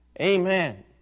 Amen